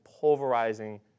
pulverizing